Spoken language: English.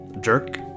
jerk